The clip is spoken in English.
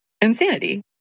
insanity